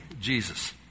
Jesus